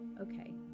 Okay